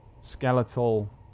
skeletal